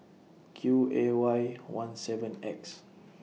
Q A Y one seven X